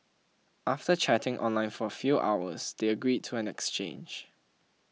after chatting online for a few hours they agreed to an exchange